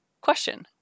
Question